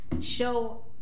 Show